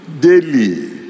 daily